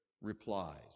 replies